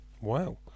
Wow